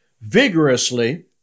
vigorously